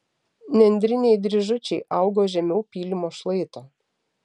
nendriniai dryžučiai augo žemiau pylimo šlaito